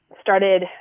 started